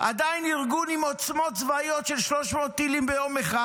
עדיין ארגון עם עוצמות צבאיות של 300 טילים ביום אחד,